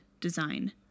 design